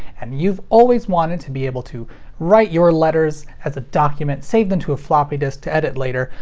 and you've always wanted to be able to write your letters as a document, save them to a floppy disk to edit later,